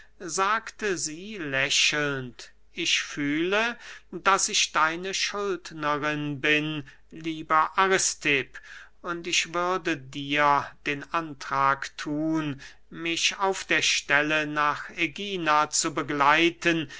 sagte sie lächelnd ich fühle daß ich deine schuldnerin bin lieber aristipp und ich würde dir den antrag thun mich auf der stelle nach ägina zu begleiten